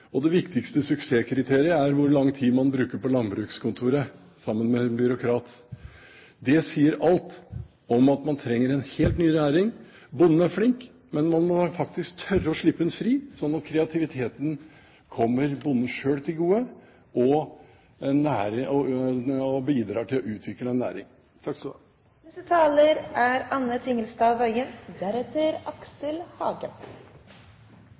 Norge. Det viktigste suksesskriteriet er hvor lang tid man bruker på landbrukskontoret sammen med en byråkrat. Det sier alt om at man trenger en helt ny næring. Bonden er flink, men man må faktisk tørre å slippe ham fri, slik at kreativiteten kommer bonden selv til gode og bidrar til å utvikle en næring.